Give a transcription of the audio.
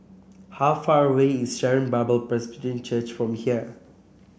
how far away is Sharon Bible Presbyterian Church from here